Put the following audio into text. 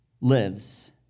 lives